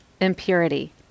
impurity